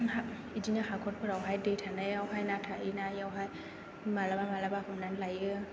बिदिनो हाखरफोरावहाय दै थानायावहाय ना थानायाव माब्लाबा माब्लाबा हमनानै लायो